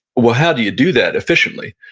well how do you do that efficiently?